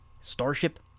Starship